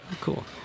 Cool